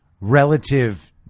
relative